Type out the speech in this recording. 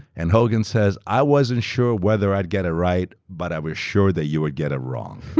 and hogan says, ai wasn't sure whether i'd get it right, but i was sure that you would get it wrong.